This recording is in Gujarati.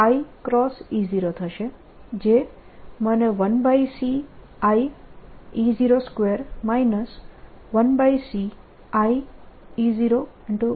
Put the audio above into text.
જે મને 1c i 1c i